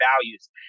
values